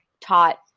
taught